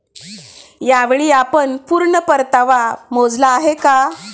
यावेळी आपण पूर्ण परतावा मोजला आहे का?